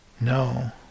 no